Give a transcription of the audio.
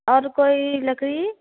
और कोई लकड़ी